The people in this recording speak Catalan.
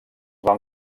van